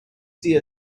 see